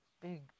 big